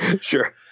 sure